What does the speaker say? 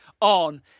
on